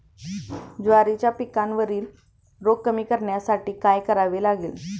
ज्वारीच्या पिकावरील रोग कमी करण्यासाठी काय करावे लागेल?